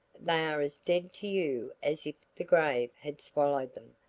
they are as dead to you as if the grave had swallowed them.